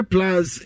Plus